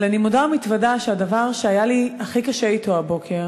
אבל אני מודה ומתוודה שהדבר שהיה לי הכי קשה אתו הבוקר